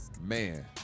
Man